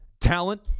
talent